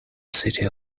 city